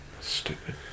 Stupid